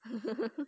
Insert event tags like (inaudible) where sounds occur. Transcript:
(laughs)